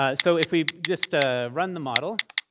um so if we just ah run the model,